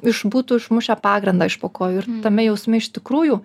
iš būtų išmušę pagrindą iš po kojų ir tame jausme iš tikrųjų